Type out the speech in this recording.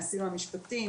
מהסיוע המשפטי,